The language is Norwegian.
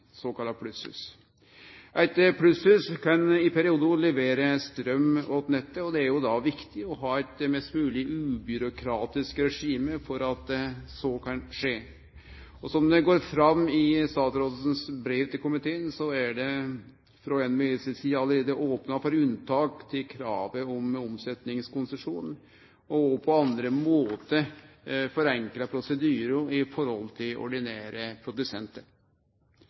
såkalla plusshus. Eit plusshus kan i periodar levere straum til nettet, og det er då viktig å ha eit mest mogleg ubyråkratisk regime for at så kan skje. Som det går fram av statsrådens brev til komiteen, er det frå NVE si side allereie opna for unntak frå kravet om omsetnadskonsesjon, og det er òg på andre måtar forenkla prosedyrar i høve til ordinære